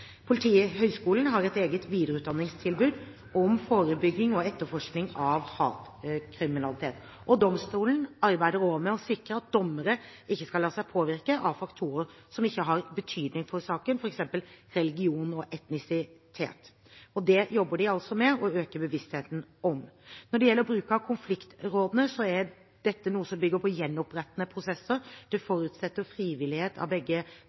Politihøgskolen har et eget videreutdanningstilbud om forebygging og etterforskning av hatkriminalitet. Domstolene arbeider også med å sikre at dommere ikke skal la seg påvirke av faktorer som ikke har betydning for saken, f.eks. religion og etnisitet. Det jobber de altså med å øke bevisstheten om. Når det gjelder bruk av konfliktrådene, er dette noe som bygger på gjenopprettende prosesser. Det forutsetter frivillighet av begge